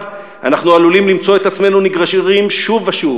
אנחנו עלולים למצוא את עצמנו נגררים שוב ושוב